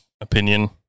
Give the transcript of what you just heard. Opinion